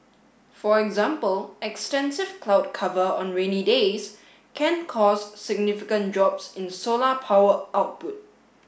for example extensive cloud cover on rainy days can cause significant drops in solar power output